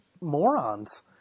morons